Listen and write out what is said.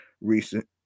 recent